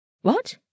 What